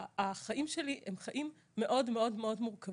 החיים שלי הם חיים מאוד מאוד מורכבים.